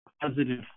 positive